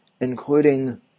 including